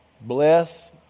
Bless